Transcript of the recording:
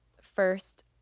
first